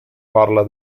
parla